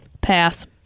Pass